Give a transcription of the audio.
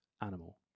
animal